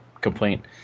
complaint